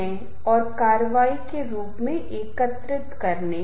इसलिए परिवेश के संदर्भ में संगीत बहुत महत्वपूर्ण भूमिका निभाता है